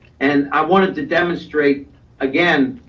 and i wanted to demonstrate again,